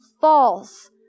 false